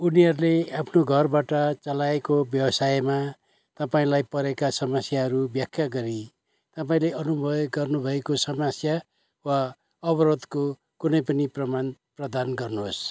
उनीहरूले आफ्नो घरबाट चलाएको व्यवसायमा तपाईँँलाई परेका समस्याहरू व्याख्या गरी तपाईँँले अनुभव गर्नुभएको समस्या वा अवरोधको कुनै पनि प्रमाण प्रदान गर्नुहोस्